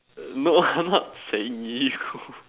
no I not saying you